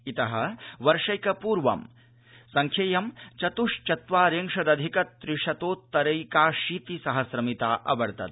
इतः वर्षैकपूर्व संख्येयं चत्शत्वारिशदधिक त्रिशतोत्तरैकाशीतिसहस्रमिता अवर्तत